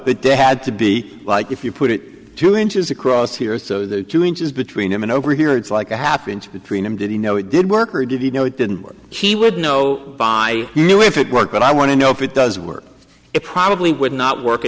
that they had to be like if you put it to inches across here so the two inches between him and over here it's like a happened between him did he know it did work or did he know it didn't work he would know by the way if it worked but i want to know if it does work it probably would not work